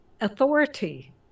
authority